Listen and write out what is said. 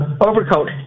Overcoat